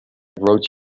brought